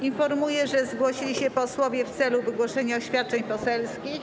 Informuję, że zgłosili się posłowie w celu wygłoszenia oświadczeń poselskich.